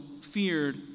feared